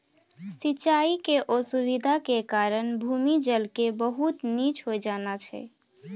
सिचाई के असुविधा के कारण भूमि जल के बहुत नीचॅ होय जाना छै